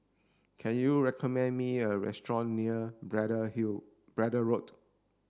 can you recommend me a restaurant near brad hill Braddell Road